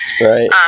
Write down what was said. right